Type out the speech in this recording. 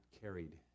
carried